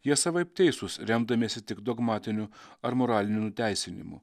jie savaip teisūs remdamiesi tik dogmatiniu ar moraliniu nuteisinimu